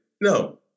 no